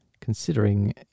considering